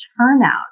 turnout